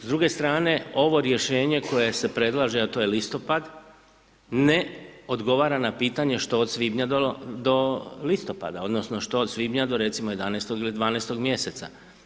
S druge strane ovo rješenje koje se predlaže, a to je listopad, ne odgovara na pitanje što od svibnja do listopada odnosno što od svibnja do recimo 11. ili 12. mjeseca.